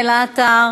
תודה.